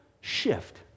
shift